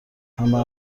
همه